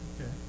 Okay